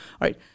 right